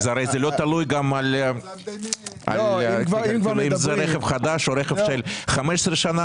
הרי זה לא תלוי גם אם זה רכב חדש או רכב של 15 שנה,